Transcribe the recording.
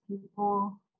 people